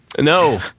No